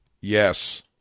Yes